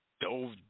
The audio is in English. dove